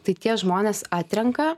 tai tie žmonės atrenka